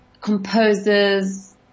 composers